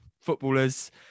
footballers